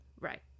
Right